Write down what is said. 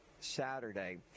Saturday